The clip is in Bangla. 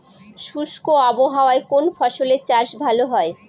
শুষ্ক আবহাওয়ায় কোন ফসলের চাষ ভালো হয়?